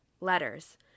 letters